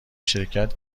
شرکت